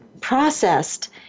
processed